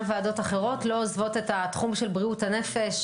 ועדות אחרות לא עוזבות את התחום של בריאות הנפש,